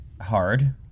hard